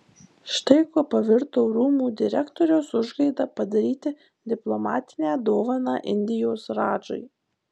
štai kuo pavirto rūmų direktoriaus užgaida padaryti diplomatinę dovaną indijos radžai